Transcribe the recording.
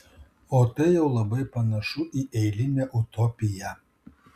o tai jau labai panašu į eilinę utopiją